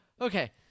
Okay